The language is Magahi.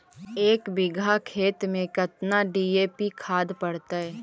एक बिघा खेत में केतना डी.ए.पी खाद पड़तै?